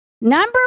number